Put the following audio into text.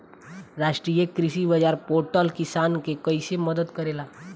राष्ट्रीय कृषि बाजार पोर्टल किसान के कइसे मदद करेला?